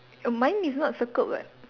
err mine is not circled leh